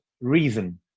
reason